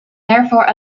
therefore